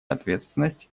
ответственность